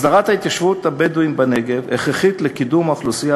הסדרת התיישבות הבדואים בנגב הכרחית לקידום האוכלוסייה